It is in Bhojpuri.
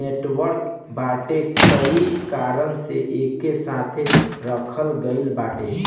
नेटवर्क बाटे कई कारण से एके साथे रखल गईल बाटे